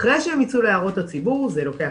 ואחרי שהם ייצאו להערות הציבור זה לוקח